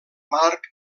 marc